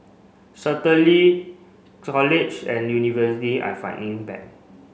certainly college and university are fighting back